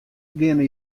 geane